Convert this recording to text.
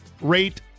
Rate